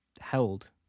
held